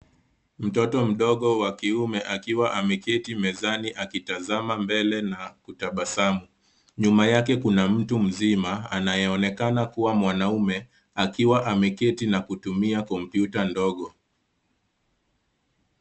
Mtoto mdogo wa kiume akiwa ameketi mezani, akitazama mbele na kutabasamu. Nyuma yake kuna mtu mzima anayeonekana kuwa mwanamume akiwa ameketi na kutumia kompyuta ndogo.